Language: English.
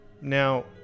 Now